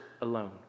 alone